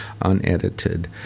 unedited